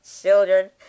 children